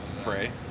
Pray